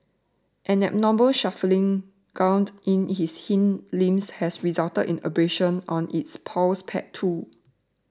an abnormal shuffling gait in its hind limbs has resulted in abrasions on its paws pads too